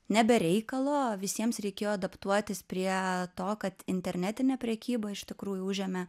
ne be reikalo visiems reikėjo adaptuotis prie to kad internetinė prekyba iš tikrųjų užėmė